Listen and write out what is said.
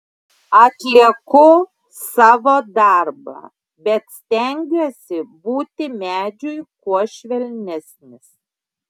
atlieku savo darbą bet stengiuosi būti medžiui kuo švelnesnis